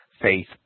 faith